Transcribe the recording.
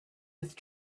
with